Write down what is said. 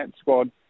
squad